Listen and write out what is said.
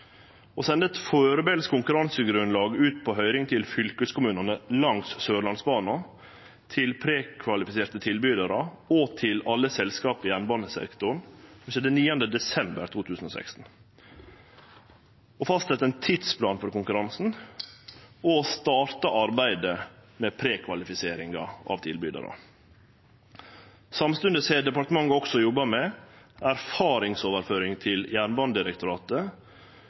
å sende eit førebels konkurransegrunnlag ut på høyring til fylkeskommunane langs Sørlandsbanen, til prekvalifiserte tilbydarar og til alle selskapa i jernbanesektoren 9. desember 2016 å fastsetje ein tidsplan for konkurransen å starte arbeidet med prekvalifiseringa av tilbydarar Samstundes har departementet også jobba med erfaringsoverføring til Jernbanedirektoratet